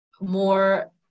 more